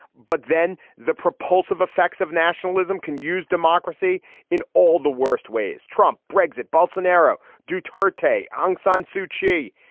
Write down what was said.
but then the propulsive effects of nationalism can use democracy in all the worst ways. trump brexit ballston eur due to her htay aung san suu kyi.